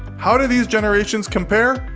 how do these generations compare?